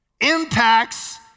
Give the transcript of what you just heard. impacts